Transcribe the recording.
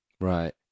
right